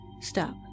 Stop